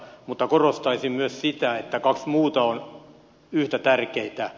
mutta korostaisin myös sitä että kaksi muuta ovat yhtä tärkeitä